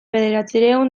bederatziehun